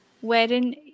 wherein